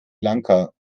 lanka